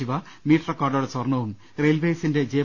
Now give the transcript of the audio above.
Shiva meet റെക്കോർഡോടെ സ്വർണവും റെയിൽവേസിന്റെ ജെ